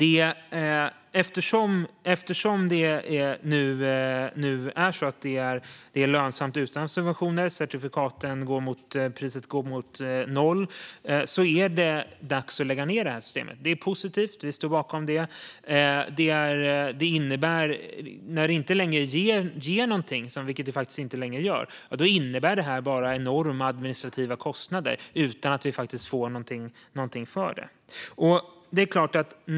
Eftersom marknaden är lönsam utan subventioner, och priset på certifikaten går mot noll, är det dags att lägga ned systemet. Det är positivt, och vi står bakom förslaget. När systemet inte längre ger något innebär det bara enorma administrativa kostnader utan att vi får något för det.